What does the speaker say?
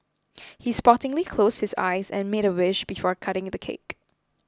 he sportingly closed his eyes and made a wish before cutting the cake